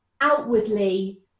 outwardly